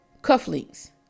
cufflinks